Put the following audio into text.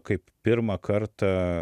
kaip pirmą kartą